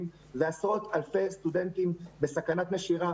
ועשרות אלפי סטודנטים נמצאים בסכנת נשירה.